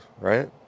right